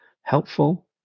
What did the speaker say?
helpful